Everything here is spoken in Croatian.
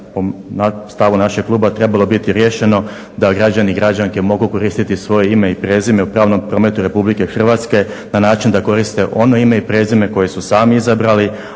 na stavu našeg kluba trebalo biti riješeno da građanke i građani mogu koristiti svoje ime i prezime u pravnom prometu Republike Hrvatske na način da koriste ono ime i prezime koje su sami izabrali,